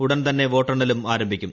ഉടൻ തന്നെ വോട്ടെണ്ണലും ആരംഭിക്കും